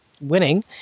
winning